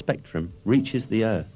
spectrum reaches the